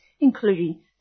including